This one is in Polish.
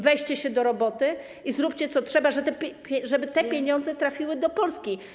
Weźcie się do roboty i zróbcie, co trzeba, żeby te pieniądze trafiły do Polski.